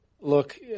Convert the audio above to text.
Look